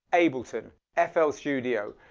ableton, fl studio,